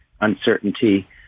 uncertainty